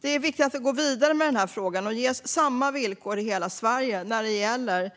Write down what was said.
Det är viktigt att vi går vidare med den här frågan och får samma villkor i hela Sverige när det gäller